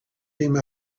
came